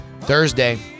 Thursday